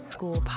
School